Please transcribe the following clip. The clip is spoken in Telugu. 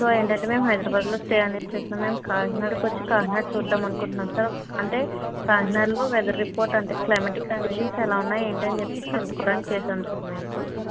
సో ఏంటంటే మేము హైదరాబాద్లో స్టే అనేది చేస్తున్నాం మేము కాకినాడకొచ్చి కాకినాడ చూద్దామనుకుంటున్నాం సార్ అంటే కాకినాడలో వెదర్ రిపోర్ట్ అంటే క్లయిమాటిక్ కండిషన్స్ ఎలా ఉన్నాయి ఏంటని చెప్పి కనుక్కోడానికి చేసాం సార్ మీకు